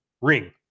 ring